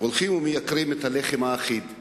הולכים ומייקרים את הלחם האחיד.